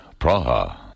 Praha